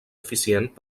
eficient